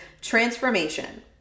transformation